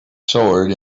sword